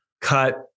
cut